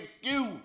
excuse